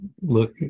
Look